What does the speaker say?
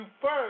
first